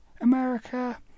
America